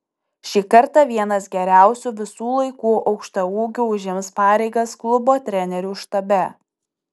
šį kartą vienas geriausių visų laikų aukštaūgių užims pareigas klubo trenerių štabe